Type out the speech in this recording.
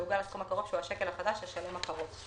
מעוגל לסכום הקרוב שהוא השקל החדש השלם הקרוב.""